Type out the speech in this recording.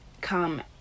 come